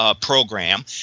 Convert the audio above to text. program